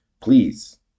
please